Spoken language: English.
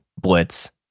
blitz